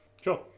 sure